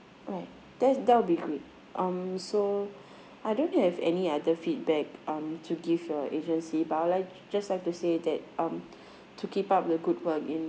alright that's that will be good um so I don't have any other feedback um to give your agency but I would like just have to say that um to keep up the good work in